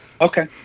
Okay